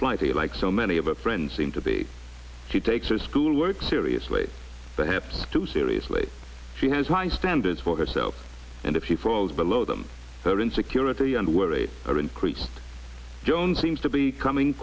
flighty like so many of our friends seem to be she takes her schoolwork seriously perhaps too seriously she has high standards for herself and if she falls below them her insecurity and worry are increased jones seems to be coming